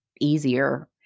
easier